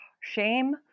Shame